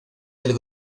del